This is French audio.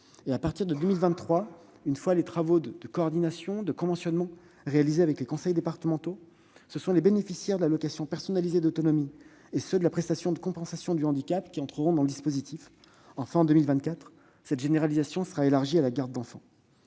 À partir de 2023, une fois les conventions de partenariat conclues avec les conseils départementaux, ce sont les bénéficiaires de l'allocation personnalisée d'autonomie, l'APA, ou de la prestation de compensation du handicap, la PCH, qui entreront dans le dispositif ; enfin, en 2024, cette généralisation sera élargie à la garde d'enfants.